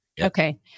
Okay